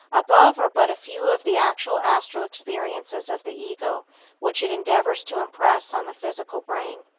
above are but a few of the actual astral experiences of the ego which it endeavors to impress on the physical brain.